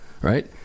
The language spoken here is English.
Right